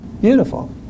Beautiful